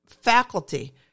faculty